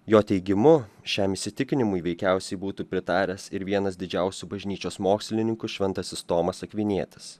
jo teigimu šiam įsitikinimui veikiausiai būtų pritaręs ir vienas didžiausių bažnyčios mokslininkų šventasis tomas akvinietis